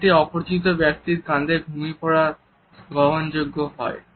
এটি একটি অপরিচিত ব্যক্তির কাঁধে ঘুমিয়ে পড়া গ্রহণযোগ্য হয়